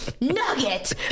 nugget